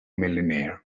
millionaire